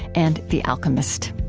and the alchemist.